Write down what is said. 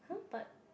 !huh! but